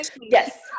yes